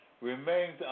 remains